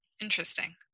Interesting